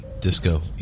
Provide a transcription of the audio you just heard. Disco